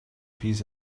peace